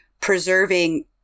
preserving